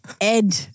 ed